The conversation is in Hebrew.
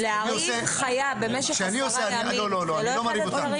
להרעיב חיה במשך עשרה ימים זה לא אחד הדברים